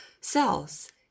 cells